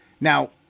Now